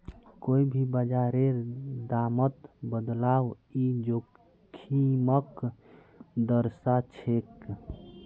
कोई भी बाजारेर दामत बदलाव ई जोखिमक दर्शाछेक